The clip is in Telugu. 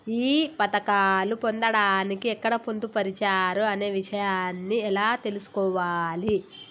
ఈ పథకాలు పొందడానికి ఎక్కడ పొందుపరిచారు అనే విషయాన్ని ఎలా తెలుసుకోవాలి?